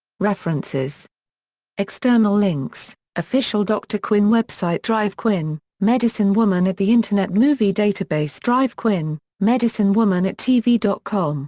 references external links official dr. quinn web site dr. quinn, medicine woman at the internet movie database dr. quinn, medicine woman at tv dot com